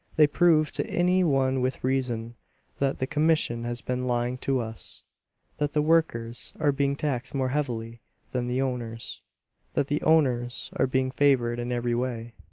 they prove to any one with reason that the commission has been lying to us that the workers are being taxed more heavily than the owners that the owners are being favored in every way.